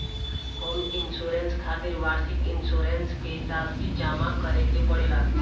home insurance खातिर वार्षिक insurance के राशि जामा करे के पड़ेला